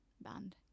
band